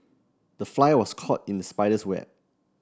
the fly was caught in the spider's web